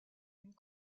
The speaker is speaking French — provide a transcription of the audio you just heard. une